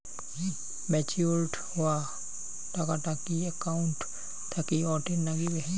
Matured হওয়া টাকাটা কি একাউন্ট থাকি অটের নাগিবে?